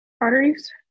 arteries